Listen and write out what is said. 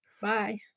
Bye